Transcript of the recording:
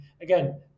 again